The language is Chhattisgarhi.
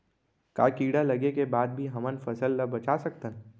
का कीड़ा लगे के बाद भी हमन फसल ल बचा सकथन?